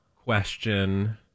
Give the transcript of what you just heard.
Question